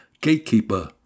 gatekeeper